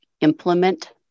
implement